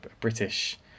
British